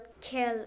kill